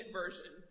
version